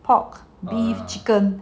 pork beef chicken